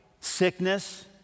sickness